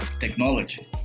technology